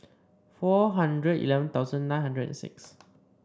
four hundred eleven thousand nine hundred and six